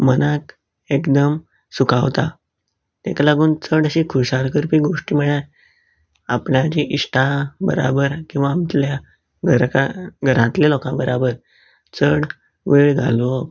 मनाक एकदम सुखावता तेका लागून चडशीं खुशाल करपी गोश्टी म्हळ्यार आपल्याची इश्टां बराबर किंवां आपल्या घराका घरांतल्या लोकां बराबर चड वेळ घालोवप